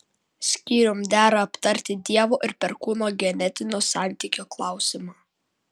skyrium dera aptarti dievo ir perkūno genetinio santykio klausimą